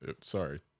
Sorry